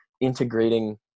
integrating